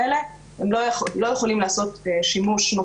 אם לא עשו בו שימוש במהלך השנתיים האלה,